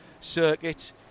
circuit